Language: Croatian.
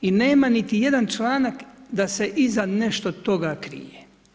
I nema niti jedan članak, da se iza nešto toga krije.